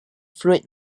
fluid